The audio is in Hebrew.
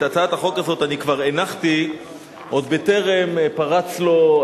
את הצעת החוק הזאת אני כבר הנחתי עוד בטרם פרץ לו,